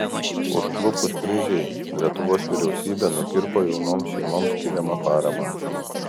užklupus krizei lietuvos vyriausybė nukirpo jaunoms šeimoms skiriamą paramą